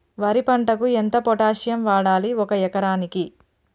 వరి పంటకు ఎంత పొటాషియం వాడాలి ఒక ఎకరానికి?